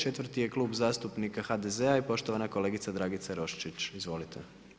Četvrti je Klub zastupnika HDZ-a i poštovana kolegica Dragica Roščić, izvolite.